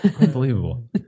Unbelievable